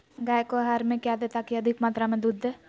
गाय को आहार में क्या दे ताकि अधिक मात्रा मे दूध दे?